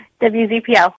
WZPL